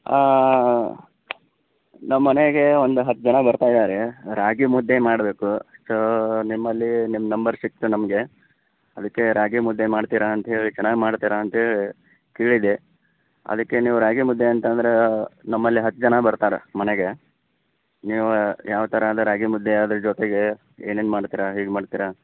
ನಮ್ಮನೆಗೆ ಒಂದು ಹತ್ತು ಜನ ಬರ್ತಾ ಇದ್ದಾರೆ ರಾಗಿ ಮುದ್ದೆ ಮಾಡಬೇಕು ಸೊ ನಿಮ್ಮಲ್ಲಿ ನಿಮ್ಮ ನಂಬರ್ ಸಿಕ್ಕಿತು ನಮಗೆ ಅದಕ್ಕೆ ರಾಗಿ ಮುದ್ದೆ ಮಾಡ್ತೀರ ಅಂತ ಹೇಳಿ ಚೆನ್ನಾಗಿ ಮಾಡ್ತೀರ ಅಂತ ಹೇಳಿ ಕೇಳಿದೆ ಅದಕ್ಕೆ ನೀವು ರಾಗಿ ಮುದ್ದೆ ಅಂತಂದರೆ ನಮ್ಮಲ್ಲಿ ಹತ್ತು ಜನ ಬರ್ತಾರೆ ಮನೆಗೆ ನೀವು ಯಾವ ಥರದ ರಾಗಿ ಮುದ್ದೆ ಅದರ ಜೊತೆಗೆ ಏನೇನು ಮಾಡ್ತೀರ ಹೇಗೆ ಮಾಡ್ತೀರ